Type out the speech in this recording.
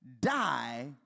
die